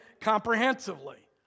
comprehensively